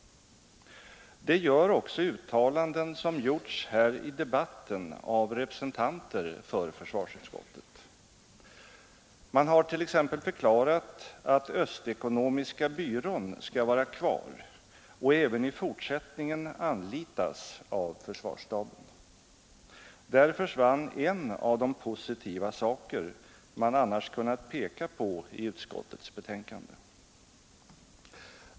Det gör också de uttalanden som gjorts här i debatten av representanter för försvarsutskottet. Man har t.ex. förklarat att Öst Ekonomiska Byrån skall finnas kvar och även i fortsättningen anlitas av försvarsstaben. Där försvann en av de positiva saker man annars kunnat peka på i utskottets betänkande.